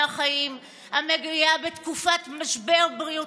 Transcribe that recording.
החיים המגיעה בתקופת משבר בריאותי,